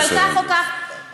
אבל אותה שנאת חינם,